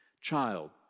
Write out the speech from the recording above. child